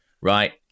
right